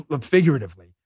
figuratively